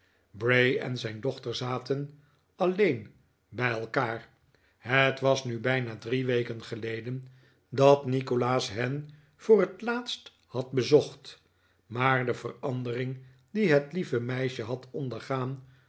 bray en zijn dochter zaten alleen bij elkaar het was nu bijna drie weken geleden dat nikolaas hen voor het laatst had bezocht maar de verandering die het lieve meisje had ondergaan